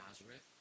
Nazareth